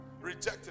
Rejected